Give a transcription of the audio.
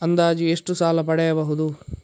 ಅಂದಾಜು ಎಷ್ಟು ಸಾಲ ಪಡೆಯಬಹುದು?